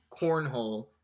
Cornhole